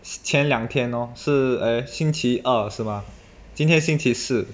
是前两天 lor 是 eh 星期二是吗今天星期四